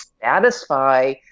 satisfy